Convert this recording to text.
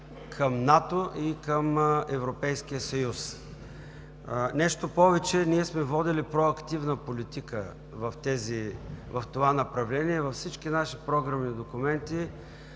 към НАТО и към Европейския съюз. Нещо повече, ние сме водили проактивна политика в това направление – във всички наши програмни документи